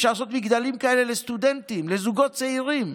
אפשר לעשות מגדלים כאלה לסטודנטים, לזוגות צעירים.